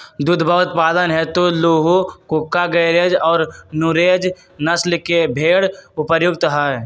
दुधवा उत्पादन हेतु लूही, कूका, गरेज और नुरेज नस्ल के भेंड़ उपयुक्त हई